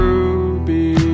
Ruby